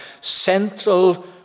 central